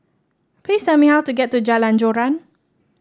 please tell me how to get to Jalan Joran